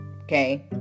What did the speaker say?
Okay